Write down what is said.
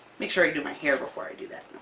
make sure i do my hair before i do that.